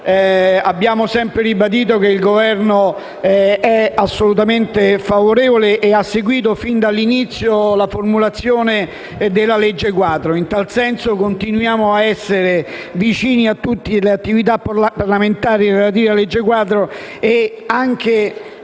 abbiamo sempre ribadito che il Governo è assolutamente favorevole e ha seguito fin dall'inizio la formulazione della legge quadro. In tal senso, continuiamo ad essere vicini a tutte le attività parlamentari relative alla legge quadro e, anche